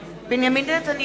(קוראת בשמות חברי הכנסת) בנימין נתניהו,